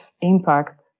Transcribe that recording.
impact